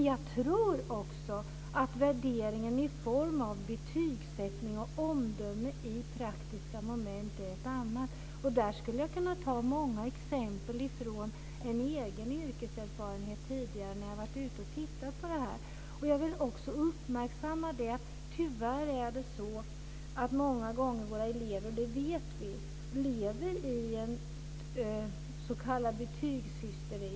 Jag tror att ett annat sätt handlar om värderingen i form av betygsättning och omdöme när det gäller praktiska moment. Jag skulle kunna ta upp många exempel från min egen yrkeserfarenhet tidigare när jag har varit ute och tittat på det här. Jag vill också uppmärksamma att våra elever många gånger tyvärr lever i en s.k. betygshysteri; det vet vi.